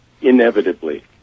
inevitably